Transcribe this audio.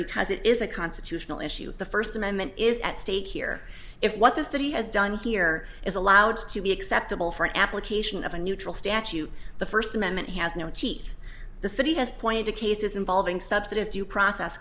because it is a constitutional issue the first amendment is at stake here if what this that he has done here is allowed to be acceptable for application of a neutral statute the first amendment has no teeth the city has pointed to cases involving subsidy of due process